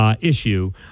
issue